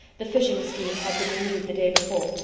the fishing scheme had been renewed the day before,